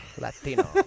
Latino